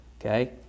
Okay